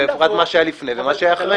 מה שהיה לפני ומה שהיה אחרי.